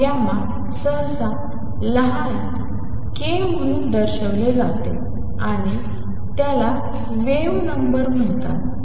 2πλ सहसा लहान के म्हणून दर्शविले जाते आणि त्याला वेव्ह नंबर म्हणतात